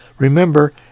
Remember